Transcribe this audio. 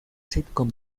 sitcom